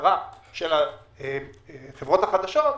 מתחרה של החברות החדשות,